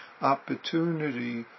opportunity